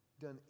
done